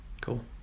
cool